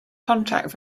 contact